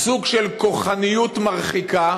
סוג של כוחנות מרחיקה,